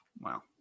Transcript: Wow